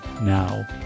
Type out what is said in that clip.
now